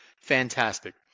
Fantastic